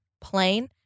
plain